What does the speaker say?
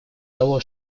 того